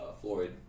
Floyd